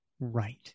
Right